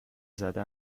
زده